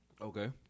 Okay